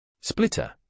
Splitter